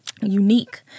unique